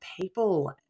people